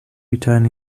return